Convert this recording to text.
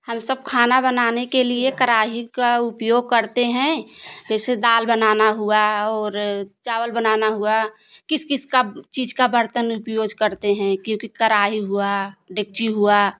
हम सब खाना बनाने के लिए कराही का उपयोग करते हैं जैसे दाल बनाना हुआ और चावल बनाना हुआ किस किस का चीज का बर्तन उपयोग करते हैं क्योंकि कराही हुआ डेकची हुआ